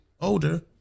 older